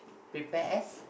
prepare